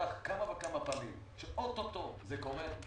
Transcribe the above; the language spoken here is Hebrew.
וכמה פעמים שאוטוטו זה קורה,